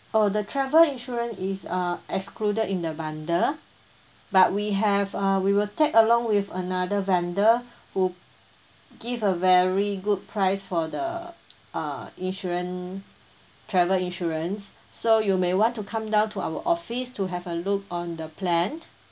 oh the travel insurance is uh excluded in the bundle but we have uh we will tag along with another vendor who give a very good price for the uh insurance travel insurance so you may want to come down to our office to have a look on the plan